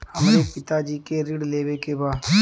हमरे पिता जी के ऋण लेवे के बा?